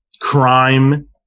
crime